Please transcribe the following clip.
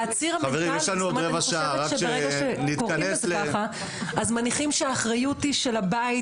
אני חושבת שברגע שקוראים לזה ככה אז מניחים שהאחריות היא של הבית,